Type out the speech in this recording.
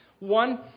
One